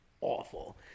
awful